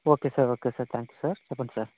okay sir okay sir thank you sir చెప్పండి sir